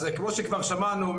אז כמו שכבר שמענו,